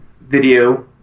video